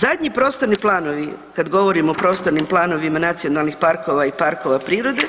Zadnji prostorni planovi kad govorimo o prostornim planovima nacionalnih parkova i parkova prirode